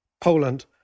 Poland